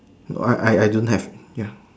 no I I don't have ya